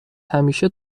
همیشه